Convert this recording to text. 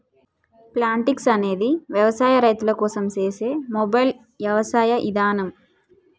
Plantix అనేది భారతీయ రైతుల కోసం సేసే మొబైల్ యవసాయ ఇదానం